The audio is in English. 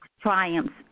triumphs